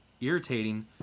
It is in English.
irritating